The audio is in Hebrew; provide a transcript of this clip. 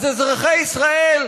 אז אזרחי ישראל,